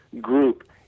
group